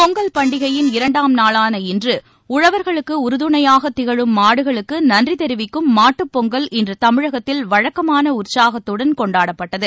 பொங்கல் பண்டிகையின் இரண்டாம் நாளான இன்று உழவா்களுக்கு உறுதுணையாக திகழும் மாடுகளுக்கு நன்றி தெரிவிக்கும் மாட்டுப் பொங்கல் இன்று தமிழகத்தில் வழக்கமான உற்சாகத்துடன் கொண்டாடப்பட்டது